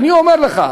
ואני אומר לך,